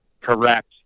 Correct